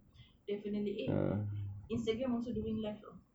definitely eh instagram also doing live uh